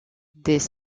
dès